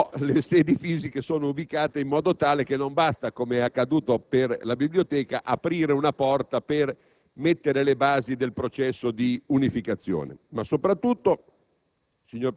Qui però le sedi fisiche sono ubicate in modo tale che non basta, com'è accaduto per la biblioteca, aprire una porta per mettere le basi del processo di unificazione. Signor